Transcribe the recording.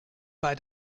bei